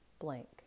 blank